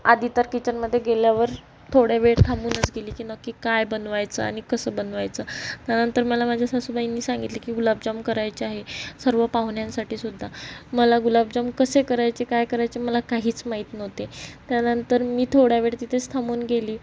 आधी तर किचनमध्ये गेल्यावर थोड्या वेळ थांबूनच गेली की नक्की काय बनवायचं आणि कसं बनवायचं त्यानंतर मला माझ्या सासूबाईंनी सांगितले की गुलाबजाम करायचे आहे सर्व पाहुण्यांसाठीसुद्धा मला गुलाबजाम कसे करायचे काय करायचे मला काहीच माहीत नव्हते त्यानंतर मी थोडा वेळ तिथेच थांबून गेली